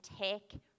take